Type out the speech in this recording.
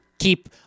keep